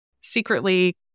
secretly